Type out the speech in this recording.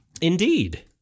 Indeed